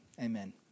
amen